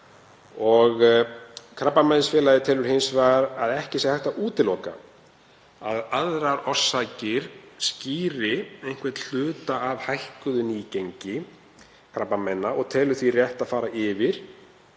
Krabbameinsfélagið telur hins vegar að ekki sé hægt að útiloka að aðrar orsakir skýri einhvern hluta af hækkuðu nýgengi og telur því rétt að fara yfir